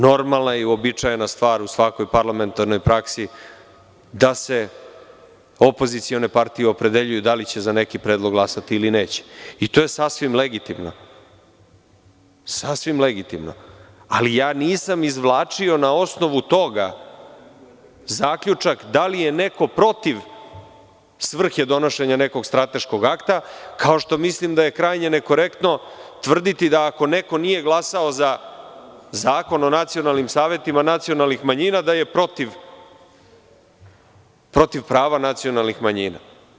Normalna i uobičajena stvar u svakoj parlamentarnoj praksi, da se opozicione partije opredeljuju da li će za neki predlog glasati ili neće i to je sasvim legitimno, ali ja nisam izvlačio na osnovu toga zaključak da li je neko protiv svrhe donošenja nekog strateškog akta, kao što mislim da je krajnje nekorektno tvrditi da ako neko nije glasao za Zakon o nacionalnim savetima nacionalnih manjina, da je protiv prava nacionalnih manjina.